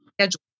schedule